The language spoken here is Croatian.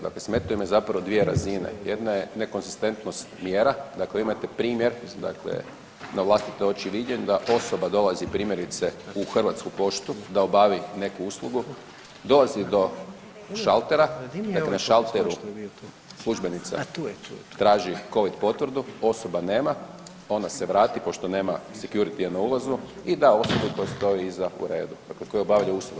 Dakle smetaju me zapravo dvije razine, jedna je nekonzistentnost mjera, dakle imate primjer na vlastite oči viđen da osoba dolazi primjerice u Hrvatsku poštu da obavi neku uslugu, dolazi do šaltera dakle na šalteru službenica traži covid potvrdu, osoba nema, ona se vrati pošto nema security na ulazu i da osobu koja stoji iza u redu dakle koja obavlja uslugu.